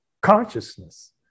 consciousness